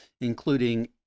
including